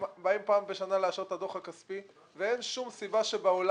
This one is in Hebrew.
הם באים פעם בשנה לאשר את הדוח הכספי ואין שום סיבה שבעולם